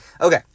Okay